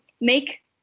make